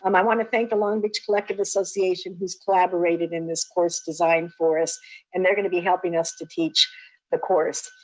um i want to thank the long beach collective association, who's collaborated in this course designed for us and they're going to be helping us to teach the course.